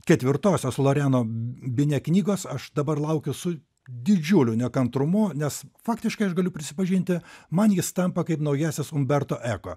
ketvirtosios loriano bine knygos aš dabar laukia su didžiuliu nekantrumu nes faktiškai aš galiu prisipažinti man jis tampa kaip naujasis umberto eko